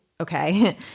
Okay